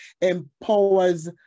empowers